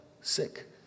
sick